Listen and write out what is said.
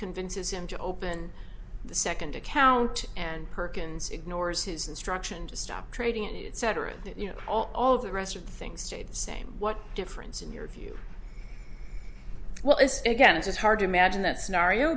convinces him to open the second account and perkins ignores his instruction to stop trading it cetera that you know all the rest of things stay the same what difference in your view well it's again it's hard to imagine that scenario